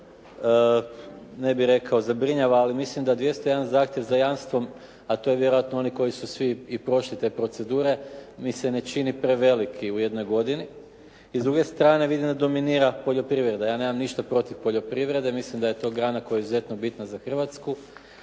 ne bih rekao zabrinjava ali mislim da 201 zahtjev za jamstvom a to vjerojatno oni koji su svi i prošli te procedure mi se ne čini preveliki u jednoj godini. I s druge strane vidim da dominira poljoprivreda. Ja nemam ništa protiv poljoprivrede, mislim da je to grana koja je izuzetno bitna za Hrvatsku